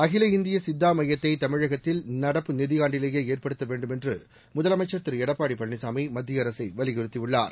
அகில இந்திய சித்தா மையத்தை தமிழகத்தில் நடப்பு நிதி ஆண்டிலேயே ஏற்படுத்த வேண்டுமென்று முதுலமைச்சர் திரு எடப்பாடி பழனிசாமி மத்திய அரசை வலியுறுத்தியுள்ளார்